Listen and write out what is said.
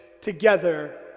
together